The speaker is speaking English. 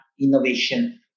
innovation